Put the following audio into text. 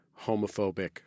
homophobic